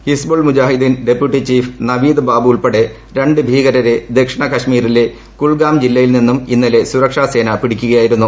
Hizbul Mujahideen deputy chief Naveed Babu ഉൾപ്പെടെ രണ്ട് ഭീകരരെ ദക്ഷിണ കശ്മീരിലെ കുൽഗാം ജില്ലയിൽ നിന്നും ഇന്നലെ സുരക്ഷാസേന പിടികൂടിയിരുന്നു